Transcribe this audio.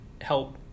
help